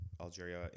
Algeria